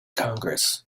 congress